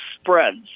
spreads